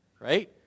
right